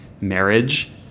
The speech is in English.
marriage